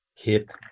hit